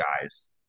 guys